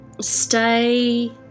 stay